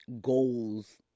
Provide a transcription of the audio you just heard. goals